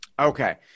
Okay